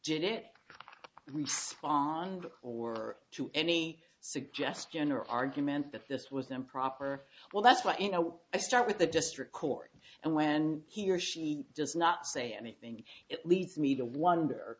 it respond or to any suggestion or argument that this was improper well that's why you know i start with the district court and when he or she does not say anything it leads me to wonder